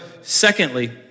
secondly